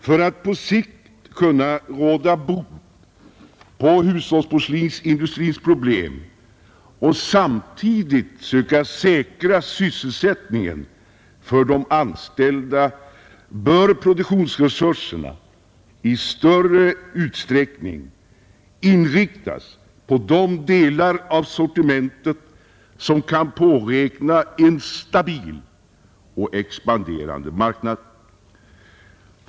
För att på sikt kunna råda bot på hushållsporslinsindustrins problem och samtidigt säkra sysselsättningen för de anställda bör produktionsresurserna i större utsträckning inriktas på de delar av sortimentet som kan påräkna en stabil och expanderande marknad.